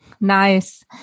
Nice